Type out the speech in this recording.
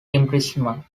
imprisonment